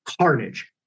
carnage